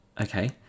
okay